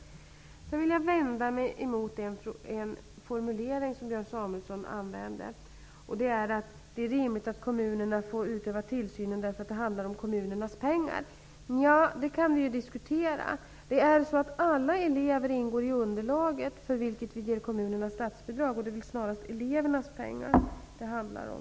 Jag vill också vända mig emot en formulering som Björn Samuelson använde. Han sade att det är rimligt att kommunerna får utöva tillsynen, eftersom det handlar om kommunernas pengar. Nja, det kan vi ju diskutera. Det är så att alla elever ingår i underlaget utifrån vilket vi ger kommunerna statsbidrag, och det är därför snarast elevernas pengar som det handlar om.